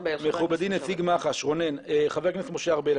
מכובדי נציג מח"ש, רונן, חבר הכנסת משה ארבל.